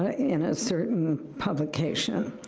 in a certain publication.